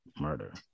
murder